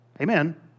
Amen